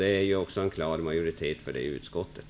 Det är också klar majoritet för det i utskottet.